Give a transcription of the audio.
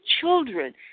children